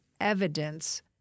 evidence